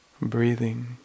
breathing